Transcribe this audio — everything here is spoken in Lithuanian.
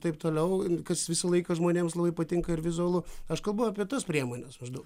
taip toliau kas visą laiką žmonėms labai patinka ir vizualu aš kalbu apie tas priemones maždaug